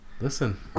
listen